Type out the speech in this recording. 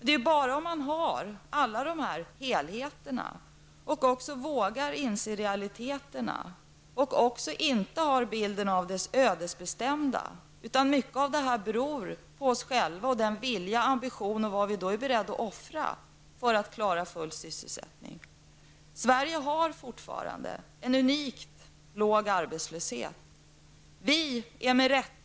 Det är bara om det finns den här helheten, om man vågar inse realiteterna och inte tror att allt är ödesbestämt utan räknar med att mycket beror på oss själva, ambition och offervilja, som vi kan klara full sysselsättning. Sverige har fortfarande en unikt låg arbetslöshet.